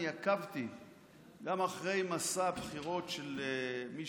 אני עקבתי גם אחרי מסע הבחירות של מי